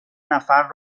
نفر